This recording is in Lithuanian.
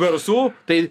garsų tai